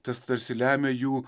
tas tarsi lemia jų